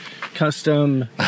custom